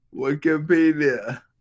Wikipedia